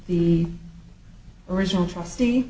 the original trustee